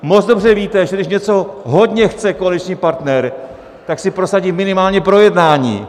Moc dobře víte, že když něco hodně chce koaliční partner, tak si prosadí minimálně projednání.